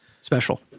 Special